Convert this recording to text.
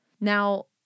Now